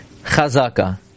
Chazaka